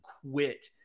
quit